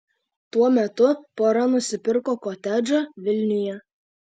tuo metu pora nusipirko kotedžą vilniuje